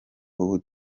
ubu